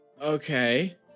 Okay